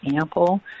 ample